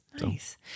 nice